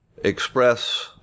express